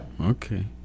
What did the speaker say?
okay